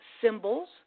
Symbols